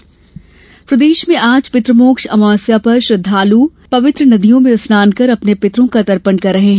पितुमोक्ष प्रदेश में आज पितृमोक्ष अमावस्या पर श्रद्वालू पवित्र नदियों में स्नान कर अपने पितरों का तर्पण कर रहे हैं